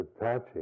attaching